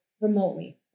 remotely